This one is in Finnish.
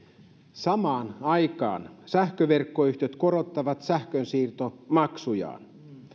samaan aikaan sähköverkkoyhtiöt korottavat sähkönsiirtomaksujaan